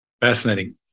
Fascinating